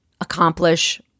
accomplish